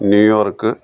New York